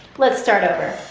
let's start over.